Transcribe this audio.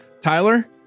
Tyler